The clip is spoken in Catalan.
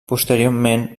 posteriorment